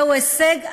זהו הישג אדיר.